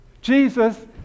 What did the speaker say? Jesus